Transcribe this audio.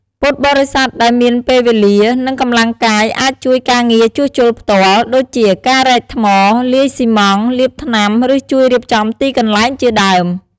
ពុទ្ធបរិស័ទដែលមានពេលវេលា និងកម្លាំងកាយ អាចជួយការងារជួសជុលផ្ទាល់ ដូចជា ការរែកថ្ម លាយស៊ីម៉ងត៍ លាបថ្នាំ ឬជួយរៀបចំទីកន្លែងជាដើម។